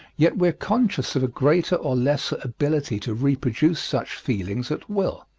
yet we are conscious of a greater or lesser ability to reproduce such feelings at will.